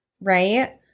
right